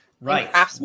Right